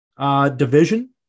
division